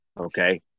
Okay